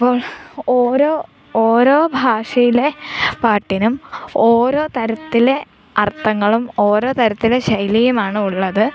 അപ്പോൾ ഓരോ ഓരോ ഭാഷയിലെ പാട്ടിനും ഓരോ തരത്തിലെ അർത്ഥങ്ങളും ഓരോ തരത്തിലെ ശൈലിയുമാണ് ഉള്ളത്